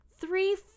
Three